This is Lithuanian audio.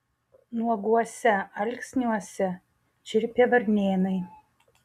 nuoguose alksniuose čirpė varnėnai